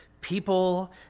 people